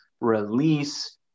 release